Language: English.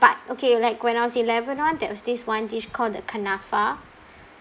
but okay like when I was in lebanon that was this one dish called the kanafa